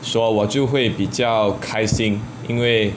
所我就会比较开心因为